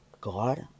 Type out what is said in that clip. god